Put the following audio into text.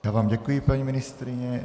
Já vám děkuji, paní ministryně.